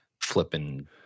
flipping